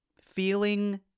feeling